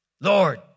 Lord